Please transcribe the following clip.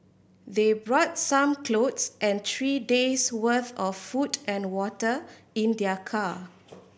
they brought some clothes and three days' worth of food and water in their car